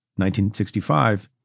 1965